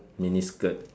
mini skirt